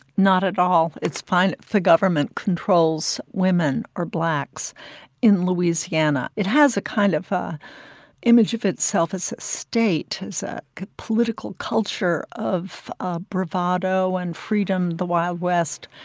not at all. it's fine if the government controls women or blacks in louisiana. it has a kind of a image of itself as state, as a political culture of ah bravado and freedom, the wild west.